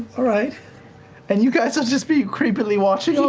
all right. and you guys'll just be creepily watching all